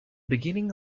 beginning